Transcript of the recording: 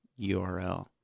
URL